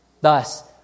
Thus